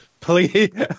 Please